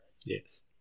Yes